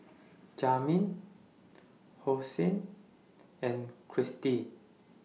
Jamey Hosea and Christy